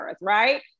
right